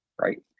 right